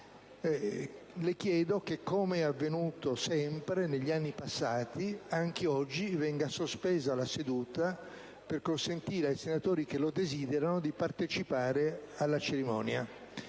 Le chiedo che, com'è avvenuto sempre negli anni passati, anche oggi venga sospesa la seduta, per consentire ai senatori che lo desiderano di partecipare alla cerimonia.